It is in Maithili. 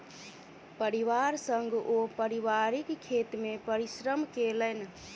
परिवार संग ओ पारिवारिक खेत मे परिश्रम केलैन